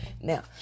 Now